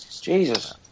Jesus